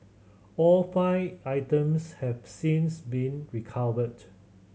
all five items have since been recovered